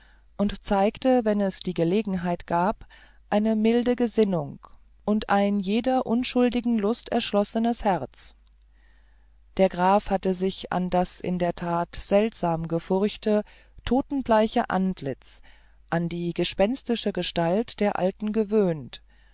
und zeigte wenn es die gelegenheit gab eine milde gesinnung und ein jeder unschuldigen lust erschlossenes herz der graf hatte sich an das in der tat seltsam gefurchte totenbleiche antlitz an die gespenstische gestalt der alten gewöhnt